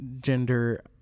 gender